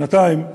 שנתיים,